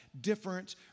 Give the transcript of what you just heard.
different